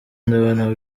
ndabona